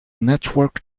network